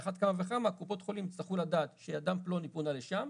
על אחת כמה וכמה קופות חולים יצטרכו לדעת שאדם פלוני פונה לשם.